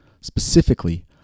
specifically